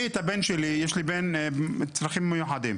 יש לי בן עם צרכים מיוחדים.